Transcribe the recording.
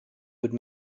would